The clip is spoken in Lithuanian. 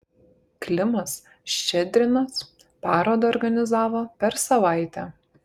klimas ščedrinas parodą organizavo per savaitę